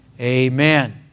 Amen